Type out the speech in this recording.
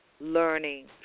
learning